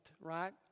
right